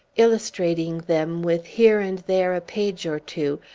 illustrating them with here and there a page or two,